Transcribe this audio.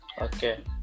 Okay